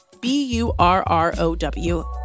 B-U-R-R-O-W